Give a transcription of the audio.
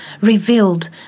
revealed